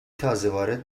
تازهوارد